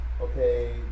okay